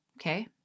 Okay